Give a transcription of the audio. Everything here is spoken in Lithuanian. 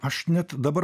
aš net dabar